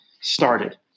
started